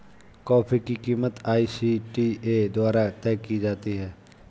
coffee की कीमत ICTA द्वारा तय की जाती है